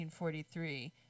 1943